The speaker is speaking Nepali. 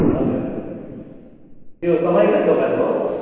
हजुर हजुर त्यो तपाईँकै दोकान हो